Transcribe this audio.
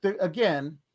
again